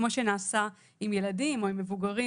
כמו שנעשה עם ילדים או עם מבוגרים.